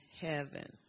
heaven